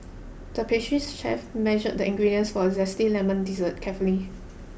the pastry chef measured the ingredients for a zesty lemon dessert carefully